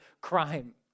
crime